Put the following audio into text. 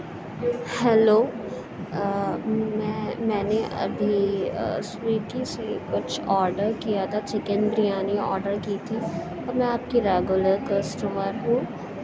hello میں میں نے ابھی سویگی سے کچھ آڈر کیا تھا چکن بریانی آڈر کی تھی اور میں آپ کی ریگولر کسٹمر ہوں